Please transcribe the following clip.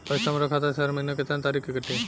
पैसा हमरा खाता से हर महीना केतना तारीक के कटी?